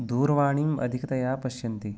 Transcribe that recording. दूरवाणीम् अधिकतया पश्यन्ति